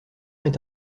est